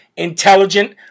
intelligent